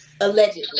Allegedly